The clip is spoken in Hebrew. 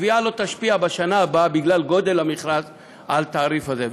התביעה לא תשפיע בשנה הבאה בגלל גודל המכרז על התעריף הזה.